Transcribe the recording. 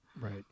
Right